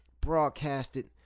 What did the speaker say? broadcasted